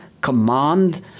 command